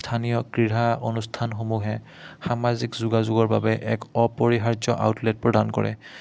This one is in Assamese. স্থানীয় ক্ৰীড়া অনুষ্ঠানসমূহে সামাজিক যোগাযোগৰ বাবে এক অপৰিহাৰ্য আউটলেট প্ৰদান কৰে